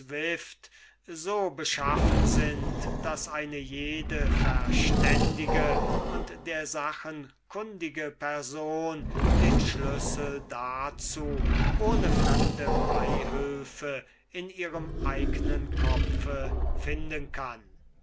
so beschaffen sind daß eine jede verständige und der sachen kundige person den schlüssel dazu ohne fremde beihülfe in ihrem eignen kopfe finden kann